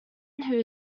who